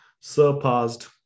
surpassed